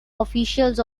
officials